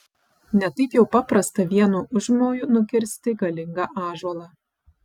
ne taip jau paprasta vienu užmoju nukirsti galingą ąžuolą